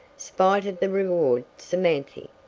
spite of the reward, samanthy.